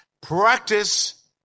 Practice